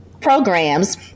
programs